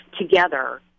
together